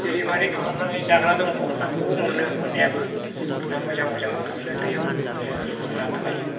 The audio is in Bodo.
जेरै मारै खालामनानै जाग्रा दङ नाखौ मोनो मोननायाबो ना मोजां मोजांबो मोनो दैयाव अनेक रोखोमनि ना थायो